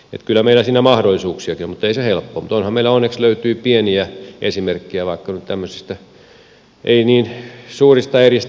että kyllä meillä siinä mahdollisuuksiakin on mutta ei se helppoa ole mutta meillä onneksi on pieniä esimerkkejä vaikka nyt tämmöisistä ei niin suurista eristä